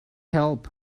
help